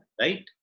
Right